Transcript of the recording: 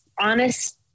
honest